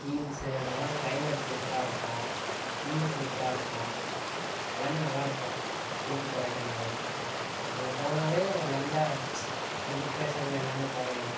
hills அங்கலாம் climate சூப்பராயிருக்கும் view சூப்பராயிருக்கும் எல்லாமே நல்லாயிருக்கும் ஊட்டி கொடைக்கானல்லாம் அங்கே போனாவே ஒரு நல்ல ஒரு டிப்ரெஷன் எல்லாமே குறையும்